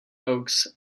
oaks